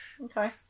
Okay